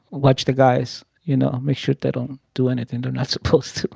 watch the guys, you know? make sure they don't do anything they're not supposed to.